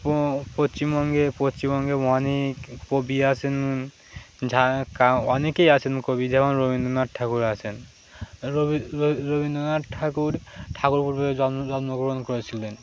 পশ্চিমবঙ্গে পশ্চিমবঙ্গে অনেক কবি আছেন যারা অনেকেই আছেন কবি যেমন রবীন্দ্রনাথ ঠাকুর আছেন রবীন্দ্রনাথ ঠাকুর ঠাকুর জন্মগ্রহণ করেছিলেন